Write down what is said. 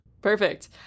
perfect